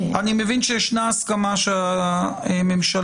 מבין שיש הסכמה שהממשלה,